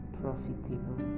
profitable